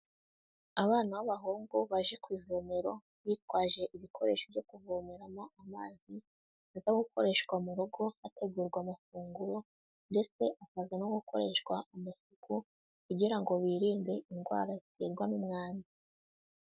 Abana b'abahungu baje ku ivomero bitwaje ibikoresho byo kuvomeramo amazi aza gukoreshwa mu rugo hategurwa amafunguro ndetse akaza no gukoreshwa umutuku kugira ngo birinde indwara ziterwa n'umwanda.